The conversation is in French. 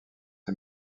est